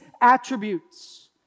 attributes